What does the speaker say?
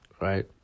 Right